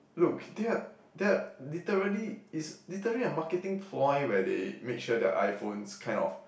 look they are they are literally is literally a marketing ploy where they make sure the iPhone is kind of